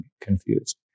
confused